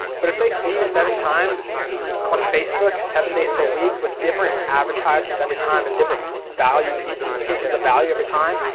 but if they see you seven times on facebook, seven days of the week with different advertisements every time and different value pieces, pieces of value every time,